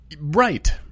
Right